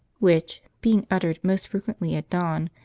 which, being uttered most frequently at dawn,